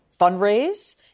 fundraise